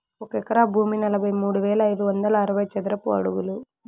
ఒక ఎకరా భూమి నలభై మూడు వేల ఐదు వందల అరవై చదరపు అడుగులు